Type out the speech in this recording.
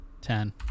Ten